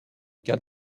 cas